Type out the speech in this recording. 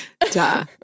Duh